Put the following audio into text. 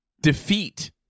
defeat